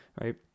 right